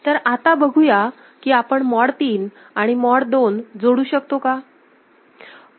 तर आता बघूया की आपण मॉड 3 आणि मॉड 2 जोडू शकतो का